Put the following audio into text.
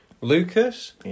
Lucas